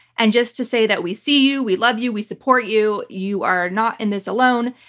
and just to say that we see you, we love you, we support you. you are not in this alone.